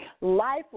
Life